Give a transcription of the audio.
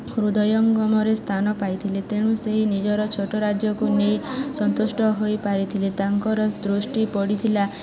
ହୃଦୟଙ୍ଗମରେ ସ୍ଥାନ ପାଇଥିଲେ ତେଣୁ ସେହି ନିଜର ଛୋଟ ରାଜ୍ୟକୁ ନେଇ ସନ୍ତୁଷ୍ଟ ହୋଇପାରିଥିଲେ ତାଙ୍କର ଦୃଷ୍ଟି ପଡ଼ିଥିଲା